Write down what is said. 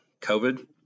COVID